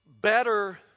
Better